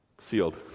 Sealed